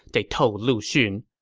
they told lu xun.